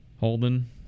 Holden